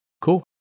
Cool